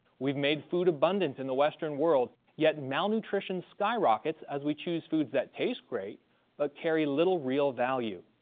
we've made food abundant in the western world, yet malnutrition skyrockets as we choose foods that taste great but carry little real value.